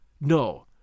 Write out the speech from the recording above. no